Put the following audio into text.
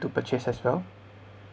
to purchase as well